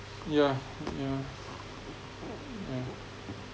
yeah yeah yeah